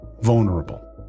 vulnerable